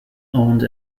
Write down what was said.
owned